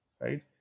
right